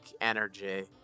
energy